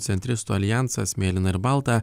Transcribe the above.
centristų aljansas mėlyna ir balta